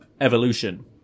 evolution